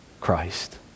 Christ